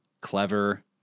clever